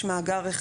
יש מאגר,